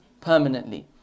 permanently